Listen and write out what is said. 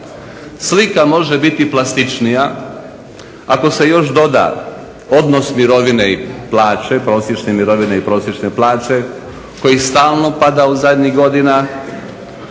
Slika može biti plastičnija ako se još doda odnos mirovine i plaće, prosječne mirovine i prosječne plaće koji stalno pada u zadnjih godina.